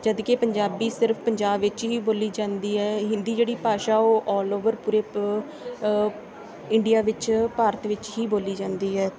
ਜਦ ਕਿ ਪੰਜਾਬੀ ਸਿਰਫ ਪੰਜਾਬ ਵਿੱਚ ਹੀ ਬੋਲੀ ਜਾਂਦੀ ਹੈ ਹਿੰਦੀ ਜਿਹੜੀ ਭਾਸ਼ਾ ਉਹ ਆਲ ਓਵਰ ਪੂਰੇ ਇੰਡੀਆ ਵਿੱਚ ਭਾਰਤ ਵਿੱਚ ਹੀ ਬੋਲੀ ਜਾਂਦੀ ਹੈ